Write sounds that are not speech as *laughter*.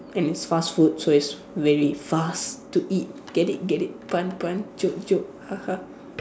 and it's fast food so it's very fast to eat get it get it pun pun joke joke *laughs*